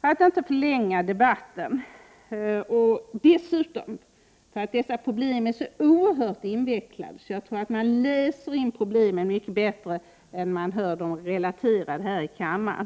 Jag skall inte förlänga debatten. Dessa problem är så oerhört invecklade att jag tror att man läser in problemen mycket bättre än man hör dem relaterade i kammaren.